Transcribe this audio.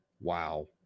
Wow